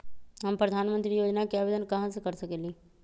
हम प्रधानमंत्री योजना के आवेदन कहा से कर सकेली?